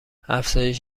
افزایش